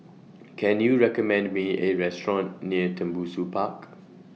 Can YOU recommend Me A Restaurant near Tembusu Park